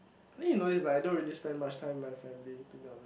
I think you know this but I don't really spend much time with my family to be honest